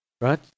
Right